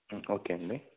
okay అండి